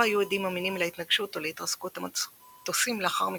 לא היו עדים אמינים להתנגשות או להתרסקות המטוסים לאחר מכן.